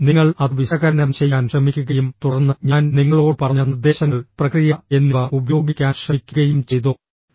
നിങ്ങൾ അത് വിശകലനം ചെയ്യാൻ ശ്രമിക്കുകയും തുടർന്ന് ഞാൻ നിങ്ങളോട് പറഞ്ഞ നിർദ്ദേശങ്ങൾ പ്രക്രിയ എന്നിവ ഉപയോഗിക്കാൻ ശ്രമിക്കുകയും ചെയ്തോ